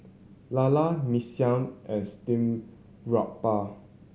lala Mee Siam and steamed garoupa